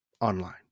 online